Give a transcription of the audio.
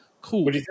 Cool